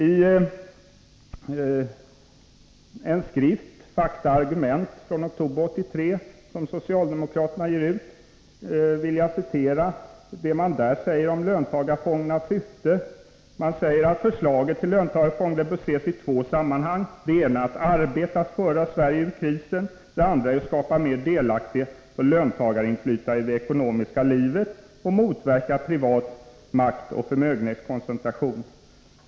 Ien skrift, Fakta och argument, från oktober 1983, som socialdemokraterna ger ut, säger man om löntagarfondernas syfte: Förslaget till löntagarfonder bör ses i två sammanhang. Det ena är arbetet att föra Sverige ur krisen, det andra är att skapa mer delaktighet och löntagarinflytande i det ekonomiska livet och motverka privat maktoch förmögenhetskoncentration.